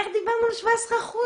איך דיברנו על 17 אחוזים,